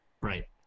right